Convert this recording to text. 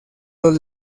los